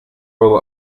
row